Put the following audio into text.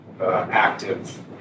Active